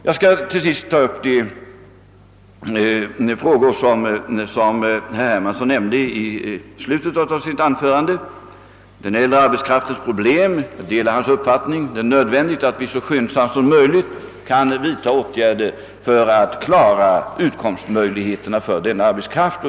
Jag skall till sist ta upp de frågor som herr Hermansson nämnde i slutet av sitt anförande. När det gäller den äldre arbetskraftens problem delar jag hans uppfattning. Det är nödvändigt att vi så skyndsamt som möjligt vidtar åtgärder för att klara utkomstmöjligheterna för denna arbetskraft.